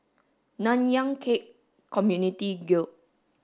Nanyang Khek Community Guild